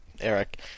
Eric